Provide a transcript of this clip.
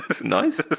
nice